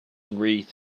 wreath